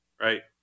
right